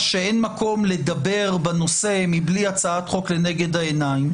שאין מקום לדבר בנושא מבלי הצעת חוק לנגד העיניים,